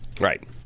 Right